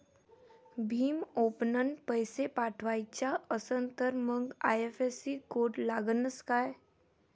भीम ॲपनं पैसे पाठवायचा असन तर मंग आय.एफ.एस.सी कोड लागनच काय?